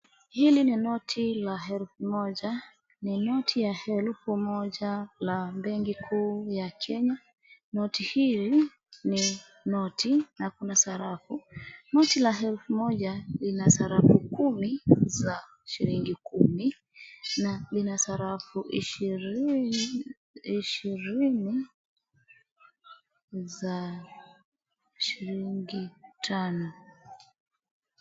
Hili ni noti la elfu moja ,ni noti ya elufu moja la Benki Kuu ya Kenya ,noti hii ni noti na kuna sarafu, noti la elfu moja ina sarafu kumi za shilingi kumi ,na lina sarafu ishirini za shillingi tano .